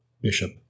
Bishop